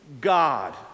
God